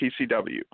PCW